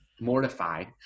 mortified